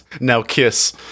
now-kiss